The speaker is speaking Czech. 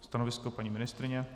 Stanovisko paní ministryně?